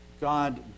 God